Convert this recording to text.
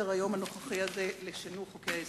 בסדר-היום הנוכחי לשינוי חוקי-יסוד.